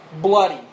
bloody